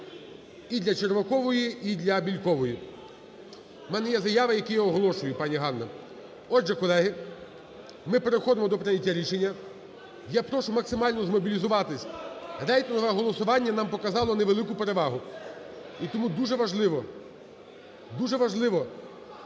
і для Червакової, і для Бєлькової. У мене є заяви, які я оголошую, пані Ганно. Отже, колеги, ми переходимо до прийняття рішення. Я прошу максимально змобілізуватись, рейтингове голосування нам показало невелику перевагу. І тому дуже важливо, дуже важливо